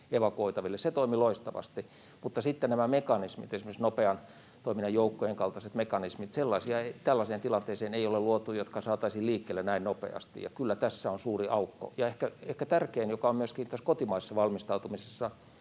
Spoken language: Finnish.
evakuoitaville. Se toimi loistavasti. Mutta sitten nämä mekanismit, esimerkiksi nopean toiminnan joukkojen kaltaiset mekanismit — sellaisia tällaiseen tilanteeseen ei ole luotu, jotka saataisiin liikkeelle näin nopeasti, ja kyllä tässä on suuri aukko. Ja ehkä tärkein asia, joka on myöskin tässä kotimaisessa valmistautumisessa,